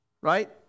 Right